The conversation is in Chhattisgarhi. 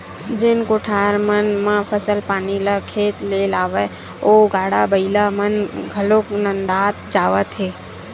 जेन कोठार मन म फसल पानी ल खेत ले लावय ओ गाड़ा बइला मन घलोक नंदात जावत हे